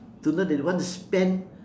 to know that they want to spend